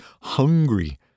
hungry